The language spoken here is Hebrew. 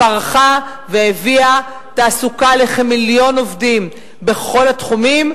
פרחה והביאה תעסוקה לכמיליון עובדים בכל התחומים,